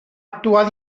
actuar